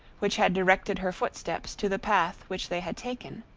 which had directed her footsteps to the path which they had taken.